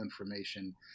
information